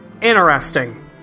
interesting